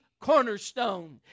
cornerstone